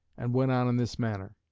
and went on in this manner